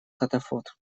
катафот